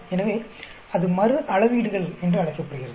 எனவே அது மறு அளவீடுகள் என்று அழைக்கப்படுகிறது